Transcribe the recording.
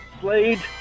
Slade